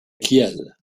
kiel